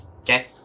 Okay